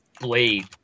blade